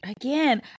Again